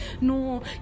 no